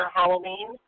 Halloween